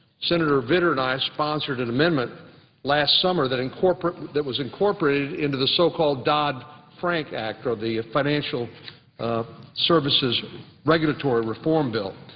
senator vitter and i sponsored an amendment last summer that in that was incooperated into the so-called dodd-frank act or the financial services regulatory reform bill.